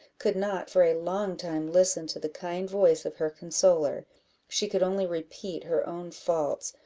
could not, for a long time, listen to the kind voice of her consoler she could only repeat her own faults,